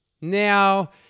Now